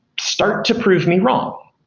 start to prove me wrong,